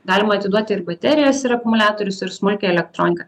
galima atiduoti ir baterijas ir akumuliatorius ir smulkią elektroniką